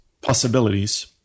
possibilities